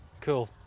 cool